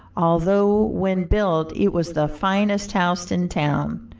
although when built it was the finest house in town,